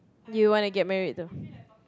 do you wanna get married though